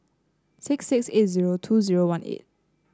six six eight zero two zero one eight